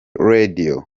radio